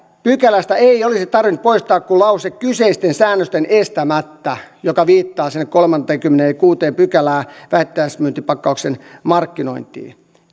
pykälästä ei olisi tarvinnut poistaa kuin kyseisten säännösten estämättä mikä viittaa sinne kolmanteenkymmenenteenkuudenteen pykälään vähittäismyyntipakkauksen markkinointiin